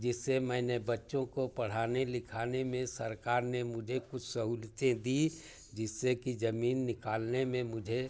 जिससे मैंने बच्चों को पढ़ाने लिखाने में सरकार ने मुझे कुछ सहूलतें दी जिससे कि जमीन निकालने में मुझे